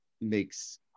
makes